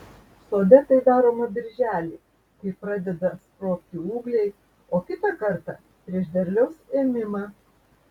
sode tai daroma birželį kai pradeda sprogti ūgliai o kitą kartą prieš derliaus ėmimą